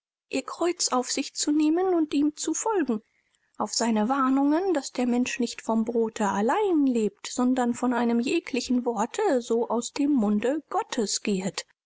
ihr kreuz auf sich zu nehmen und ihm zu folgen auf seine warnungen daß der mensch nicht vom brote allein lebt sondern von einem jeglichen worte so aus dem munde gottes gehet